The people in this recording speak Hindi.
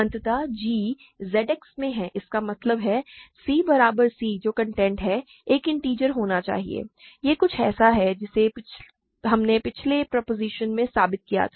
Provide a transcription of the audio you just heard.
अत g Z X में है इसका मतलब है c बराबर c जो कंटेंट है एक इन्टिजर होना चाहिए यह कुछ ऐसा है जिसे हमने पिछले प्रोपोज़िशन में साबित किया था